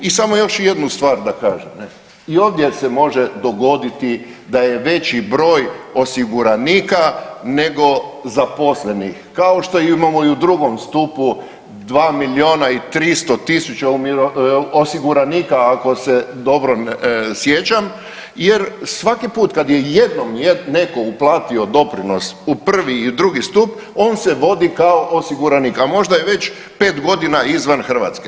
I samo još jednu stvar da kažem i ovdje se može dogoditi da je veći broj osiguranika nego zaposlenih, kao što imamo i u drugom stupu 2 miliona 300 tisuća osiguranika ako se sjećam jer svaki put kad je jednom netko uplatio doprinos u prvi i drugi stup on se vodi kao osiguranik, a možda je već 5 godina izvan Hrvatske.